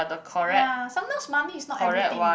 ya sometimes money is not everything